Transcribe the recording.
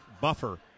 buffer